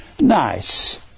Nice